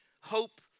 hope